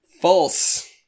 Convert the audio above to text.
False